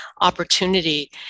opportunity